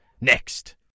Next